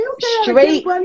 Straight